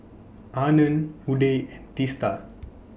Anand Udai Teesta